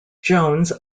jones